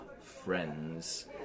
friends